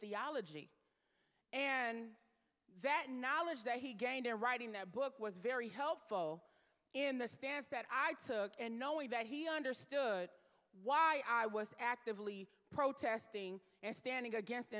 theology and that knowledge that he gained in writing that book was very helpful in the stance that i took and knowing that he understood why i was actively protesting and standing against